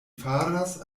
faras